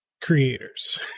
creators